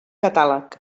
catàleg